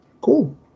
Cool